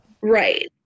Right